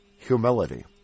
Humility